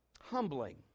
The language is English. Humbling